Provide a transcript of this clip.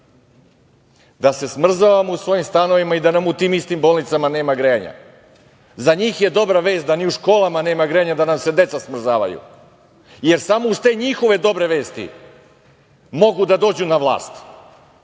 da se smrzavamo u svojim stanovima i da nam u tim istim bolnicama nema grejanja. Za njih je dobra vest da ni u školama nema grejanja da nam se deca smrzavaju, jer samo uz te njihove dobre vesti mogu da dođu na vlast,